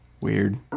Weird